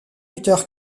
luther